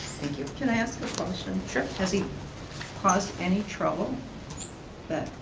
thank you. can i ask a question? sure. has he caused any trouble that,